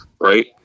Right